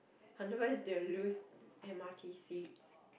otherwise they will lose m_r_t seats